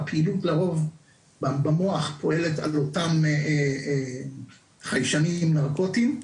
המרכזים במוח פועלים על אותם חיישנים נרקוטיים,